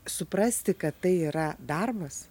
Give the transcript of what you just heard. suprasti kad tai yra darbas